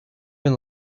been